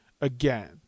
again